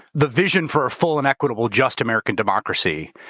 the vision for a full and equitable just american democracy,